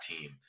team